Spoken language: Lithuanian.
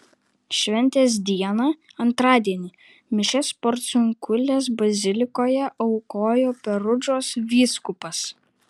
šventės dieną antradienį mišias porciunkulės bazilikoje aukojo perudžos vyskupas